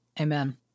Amen